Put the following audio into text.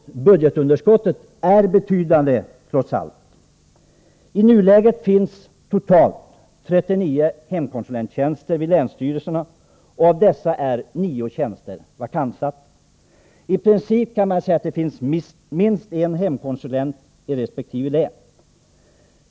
Men budgetunderskottet är trots allt betydande. I nuläget finns totalt 39 hemkonsulenttjänster vid länsstyrelserna, och av dessa är 9 tjänster vakanta. I princip kan man säga att det finns minst en hemkonsulent i resp. län.